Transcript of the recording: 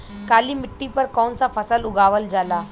काली मिट्टी पर कौन सा फ़सल उगावल जाला?